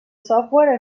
software